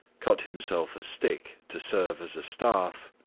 cut himself a stick to serve as a staff,